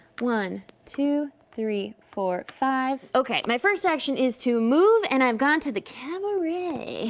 one, two, three, four, five, okay. my first action is to move and i've gone to the cabaret. oooh.